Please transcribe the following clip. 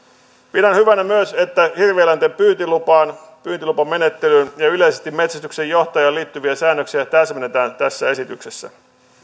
pidän hyvänä myös että hirvieläinten pyyntilupaan pyyntilupamenettelyyn ja yleisesti metsästyksen johtajaan liittyviä säännöksiä täsmennetään tässä esityksessä